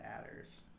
matters